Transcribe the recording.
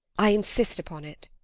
i insist upon it.